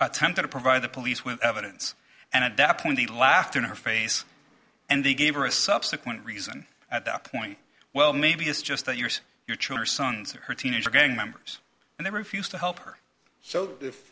attempted to provide the police with evidence and at that point they laughed in her face and they gave her a subsequent reason at that point well maybe it's just that yours your church son's or her teenage gang members and they refused to help her so if